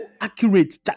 accurate